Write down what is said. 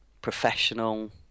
professional